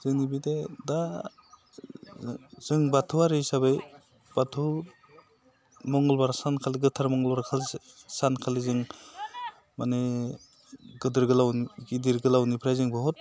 जोंनि बे दा जों बाथौआरि हिसाबै बाथौ मंगलबार सानखालि गोथार मंगलबारखालि सानखालि जों माने गिदोर गोलावनिफ्राय जों बहुद